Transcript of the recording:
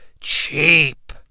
cheap